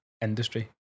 industry